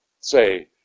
say